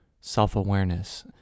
self-awareness